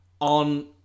on